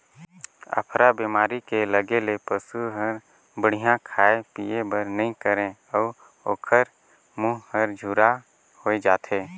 अफरा बेमारी के लगे ले पसू हर बड़िहा खाए पिए बर नइ करे अउ ओखर मूंह हर झूरा होय जाथे